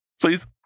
please